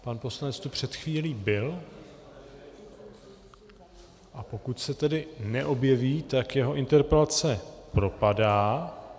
Pan poslanec tu před chvílí byl, a pokud se tedy neobjeví, tak jeho interpelace propadá.